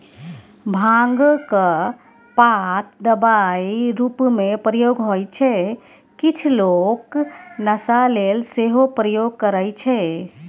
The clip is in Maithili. भांगक पात दबाइ रुपमे प्रयोग होइ छै किछ लोक नशा लेल सेहो प्रयोग करय छै